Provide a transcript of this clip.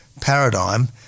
paradigm